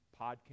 podcast